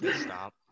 stop